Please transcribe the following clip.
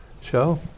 show